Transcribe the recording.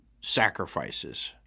sacrifices